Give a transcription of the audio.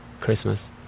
Christmas